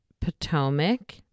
Potomac